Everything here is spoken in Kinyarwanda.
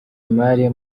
imari